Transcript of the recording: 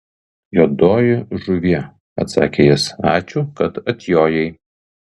juodoji žuvie atsakė jis ačiū kad atjojai